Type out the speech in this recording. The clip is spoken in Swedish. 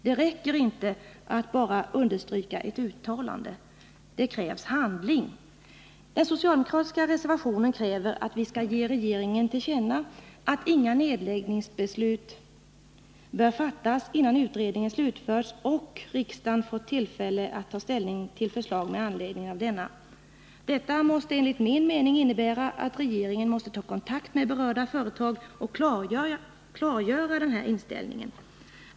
Det räcker inte att bara understryka ett uttalande. Det krävs handling. Den socialdemokratiska reservationen kräver att vi skall ge regeringen till känna att inga nedläggningsbeslut bör fattas, innan utredningen slutförts och riksdagen fått tillfälle att ta ställning till förslag från utredningen. Detta måste enligt min mening innebära att regeringen måste ta kontakt med berörda företag och klargöra denna inställning.